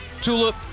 tulip